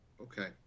Okay